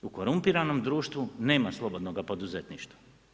U korumpiranom društvu nema slobodnoga poduzetništva.